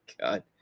God